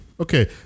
Okay